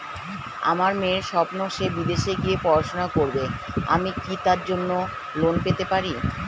আমার মেয়ের স্বপ্ন সে বিদেশে গিয়ে পড়াশোনা করবে আমি কি তার জন্য লোন পেতে পারি?